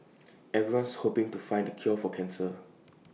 everyone's hoping to find the cure for cancer